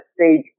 stage